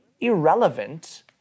irrelevant